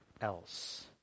else